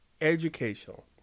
educational